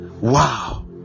wow